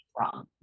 wrong